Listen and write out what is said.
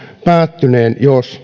päättyneen jos yksi henkilön